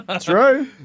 True